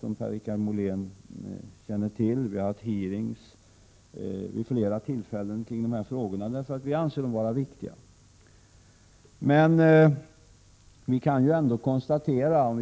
Vi har haft utfrågningar kring dessa frågor vid flera tillfällen, eftersom vi anser dem vara viktiga. Om vi